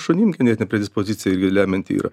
šunim genetinė predispozicija irgi lemianti yra